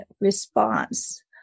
response